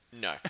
No